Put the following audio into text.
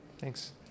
Thanks